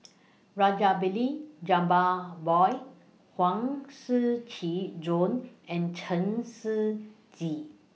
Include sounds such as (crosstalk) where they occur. (noise) Rajabali Jumabhoy Huang Shiqi Joan and Chen Shiji